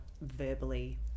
verbally